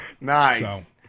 nice